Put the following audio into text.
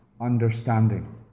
understanding